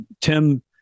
Tim